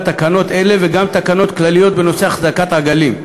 תקנות אלה וגם תקנות כלליות בנושא החזקת עגלים,